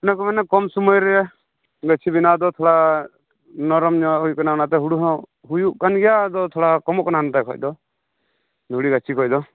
ᱚᱱᱮ ᱠᱚ ᱢᱮᱱᱟ ᱠᱚᱢ ᱥᱚᱢᱚᱭ ᱨᱮ ᱜᱟᱹᱪᱷᱤ ᱵᱮᱱᱟᱣ ᱫᱚ ᱛᱳᱲᱟ ᱱᱚᱨᱚᱢ ᱧᱚᱜ ᱦᱩᱭᱩᱜ ᱠᱟᱱᱟ ᱚᱱᱟᱛᱮ ᱦᱩᱲᱩ ᱦᱚᱸ ᱦᱩᱭᱩᱜ ᱠᱟᱱ ᱜᱮᱭᱟ ᱟᱫᱚ ᱛᱷᱚᱲᱟ ᱠᱚᱢᱚᱜ ᱠᱟᱱᱟ ᱚᱱᱛᱮ ᱠᱷᱚᱱ ᱫᱚ ᱫᱷᱩᱲᱤ ᱜᱟᱹᱪᱷᱤ ᱠᱷᱚᱱ ᱫᱚ